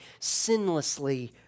sinlessly